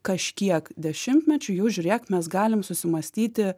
kažkiek dešimtmečių jau žiūrėk mes galim susimąstyti